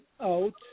out